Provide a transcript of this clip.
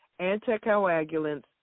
anticoagulants